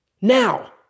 Now